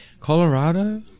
Colorado